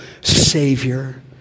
Savior